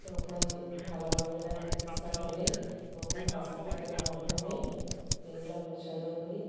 তখন ভালোভাবে না চিকিৎসা হলে তখন হাসপাতালের মাধ্যমে সেইগুলো পছন্দ করি